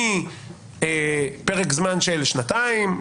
מפרק זמן של שנתיים,